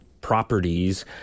properties